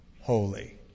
holy